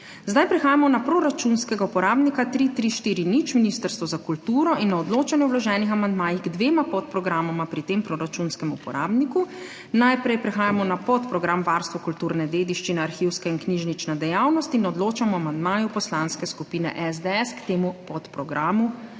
Zdaj prehajamo na proračunskega uporabnika 3340 Ministrstvo za kulturo in na odločanje o vloženih amandmajih k dvema podprogramoma pri tem proračunskem uporabniku. Najprej prehajamo na podprogram Varstvo kulturne dediščine, arhivska in knjižnična dejavnost in odločamo o amandmaju Poslanske skupine SDS k temu podprogramu.